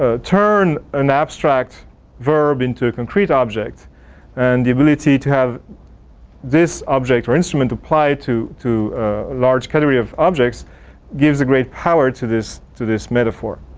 ah turn an abstract verb into a concrete object and the ability to have this object or instrument apply to a large category of objects gives a great power to this to this metaphor.